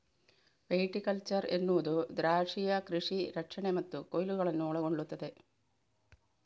viticulture ಎನ್ನುವುದು ದ್ರಾಕ್ಷಿಯ ಕೃಷಿ ರಕ್ಷಣೆ ಮತ್ತು ಕೊಯ್ಲುಗಳನ್ನು ಒಳಗೊಳ್ಳುತ್ತದೆ